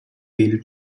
build